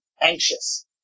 anxious